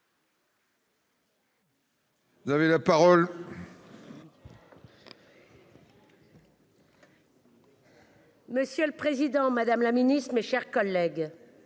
Vous avez la parole. Si monsieur le président, Monsieur le Ministre, chers collègues.